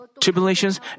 tribulations